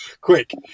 Quick